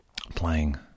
playing